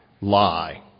lie